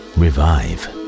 revive